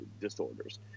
disorders